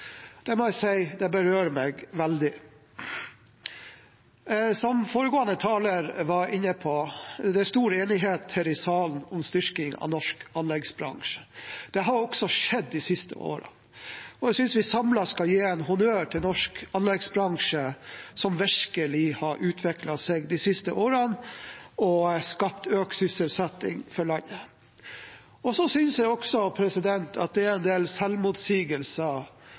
Det må jeg si berører meg veldig. Som foregående taler var inne på, er det stor enighet her i salen om styrking av norsk anleggsbransje. Det har også skjedd de siste årene, og jeg synes vi samlet skal gi en honnør til norsk anleggsbransje, som virkelig har utviklet seg de siste årene og skapt økt sysselsetting for landet. Så synes jeg også at det er en del selvmotsigelser